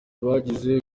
bagize